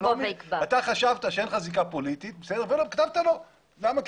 אתה חשבת שאין לך זיקה פוליטית וכתבת לא, למה?